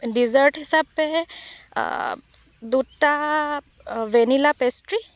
desert হিচাপে দুটা vanilla pastry